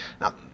Now